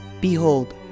behold